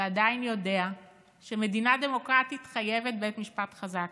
ועדיין יודע שמדינה דמוקרטית חייבת בית משפט חזק.